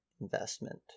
investment